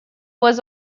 was